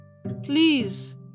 Please